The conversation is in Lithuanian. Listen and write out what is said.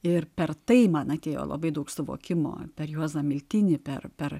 ir per tai man atėjo labai daug suvokimo per juozą miltinį per per